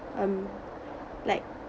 um like